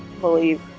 believe